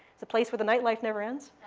it's a place where the night life never ends.